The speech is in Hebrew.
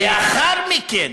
לאחר מכן